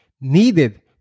needed